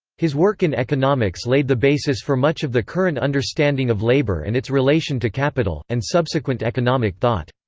his work in economics laid the basis for much of the current understanding of labour and its relation to capital, and subsequent economic thought.